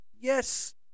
Yes